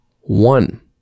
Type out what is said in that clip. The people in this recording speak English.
one